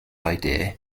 idea